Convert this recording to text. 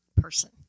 Person